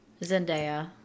Zendaya